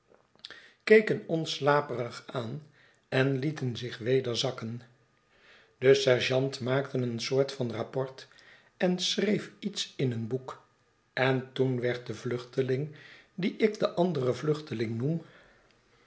ons slaperig aan en lieten zich weder zakken de sergeant maakte een soort van rapport en schreef iets in een boek en toen werd de vluchteling dien ik den anderen vluchteling noem